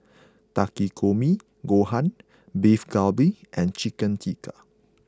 Takikomi Gohan Beef Galbi and Chicken Tikka